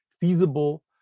feasible